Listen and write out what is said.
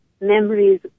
memories